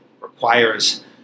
requires